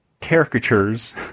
caricatures